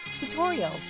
tutorials